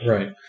Right